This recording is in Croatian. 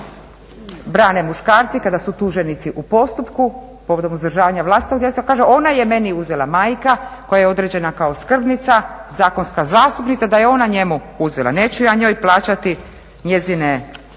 tako brane muškarci kada su tuženici u postupku povodom uzdržavanja vlastitog djeteta. Kaže ona je meni uzela, majka koja je određena kao skrbnica, zakonska zastupnica da je ona njemu uzela. Neću ja njoj plaćati njezine